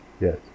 Yes